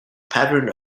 pattern